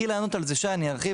התחיל לענות על זה שי ואני ארחיב,